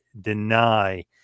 deny